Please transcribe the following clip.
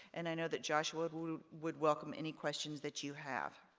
and i know that joshua would welcome any questions that you have.